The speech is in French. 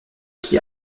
qui